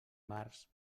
març